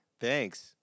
Thanks